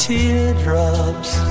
Teardrops